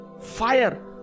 fire